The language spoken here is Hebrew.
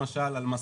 למשל,